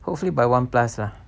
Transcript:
hopefully by one plus lah